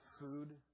food